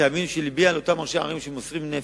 ותאמינו לי שלבי על אותם ראשי ערים שמוסרים נפש,